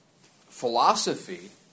philosophy